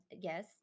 Yes